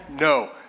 No